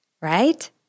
right